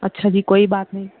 اچھا جی کوئی بات نہیں